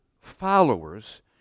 followers